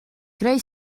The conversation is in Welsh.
greu